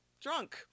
drunk